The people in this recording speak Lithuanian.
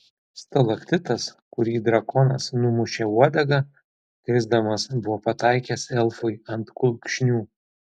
stalaktitas kurį drakonas numušė uodega krisdamas buvo pataikęs elfui ant kulkšnių